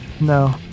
No